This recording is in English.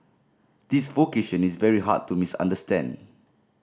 this vocation is very hard to misunderstand